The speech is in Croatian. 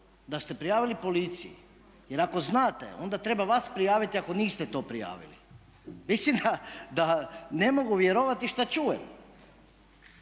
da ste prijavili policiji. Jer ako znate, onda treba vas prijaviti ako niste to prijavili. Mislim da ne mogu vjerovati šta čujem.